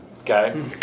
okay